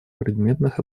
предметных